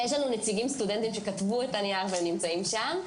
יש לנו נציגים סטודנטים שכתבו את הנייר ונמצאים שם.